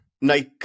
Nike